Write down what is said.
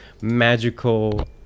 magical